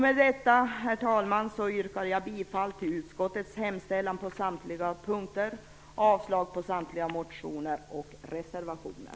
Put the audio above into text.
Med detta, herr talman, yrkar jag bifall till utskottets hemställan på samtliga punkter och avslag på samtliga motioner och reservationer.